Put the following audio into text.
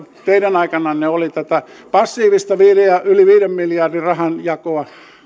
teidän aikananne oli tätä passiivista yli viiden miljardin rahanjakoa